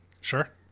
Sure